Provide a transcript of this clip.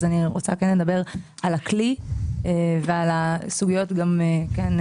אז אני רוצה כן לדבר על הכלי ועל הסוגיות גם כן,